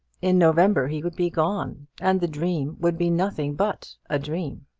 in november he would be gone, and the dream would be nothing but a dream.